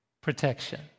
protection